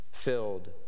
filled